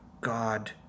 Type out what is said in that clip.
God